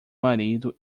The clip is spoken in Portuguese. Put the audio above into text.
marido